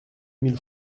mille